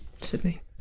Sydney